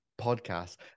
podcast